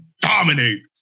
dominate